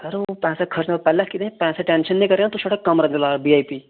sir ओह् पैसा खर्चने पैहले पैसा दी टैंशन नी करेओ तुस छड़ा कमरा दिलाओ वीआईपी